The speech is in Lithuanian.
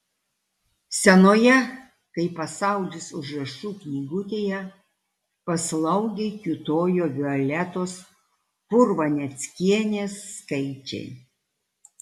senoje kaip pasaulis užrašų knygutėje paslaugiai kiūtojo violetos purvaneckienės skaičiai